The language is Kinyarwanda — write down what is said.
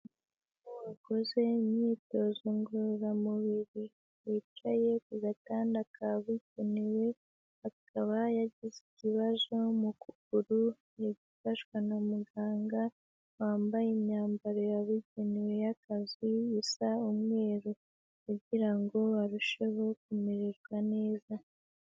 Umugabo wakoze imyitozo ngororamubiri, wicaye ku gatanda kabugenewe, akaba yagize ikibazo mu kuguru ari gufashwa na muganga wambaye imyambaro yabugenewe y'akazi isa umweru. Kugira ngo arusheho kumererwa neza.